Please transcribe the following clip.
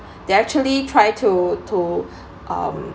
they actually try to to um